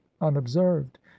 unobserved